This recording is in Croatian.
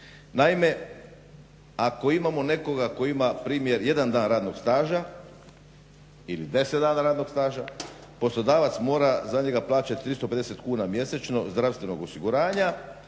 Naime, ako imamo nekoga koji ima npr. jedan dan radnog staža ili 10 dana radnog staža poslodavac mora za njega plaćati 350 kuna mjesečno zdravstvenog osiguranja